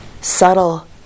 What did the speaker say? subtle